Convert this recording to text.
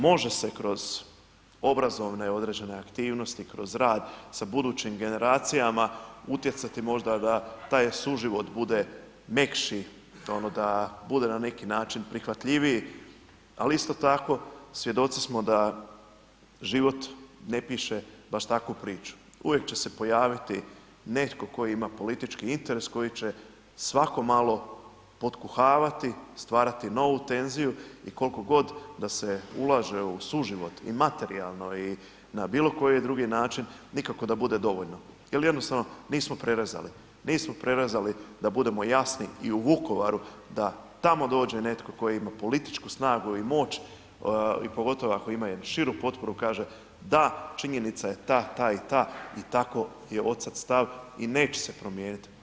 Može se kroz obrazovne određene aktivnosti, kroz rad sa budućim generacijama utjecati možda da taj suživot bude mekši ono da bude na neki način prihvatljiviji, ali isto tako svjedoci smo da život ne piše baš takvu priču, uvijek će se pojaviti netko tko ima politički interes, koji će svako malo potkuhavati, stvarati novu tenziju i kolko god da se ulaže u suživot i materijalno i na bilo koji drugi način, nikako da bude dovoljno jel jednostavno nismo prerezali, nismo prerezali da budemo jasni i u Vukovaru, da tamo dođe netko tko ima političku snagu i moć i pogotovo ako ima jednu širu potporu kaže da činjenica je ta, ta i ta i tako je odsad stav i neće se promijenit.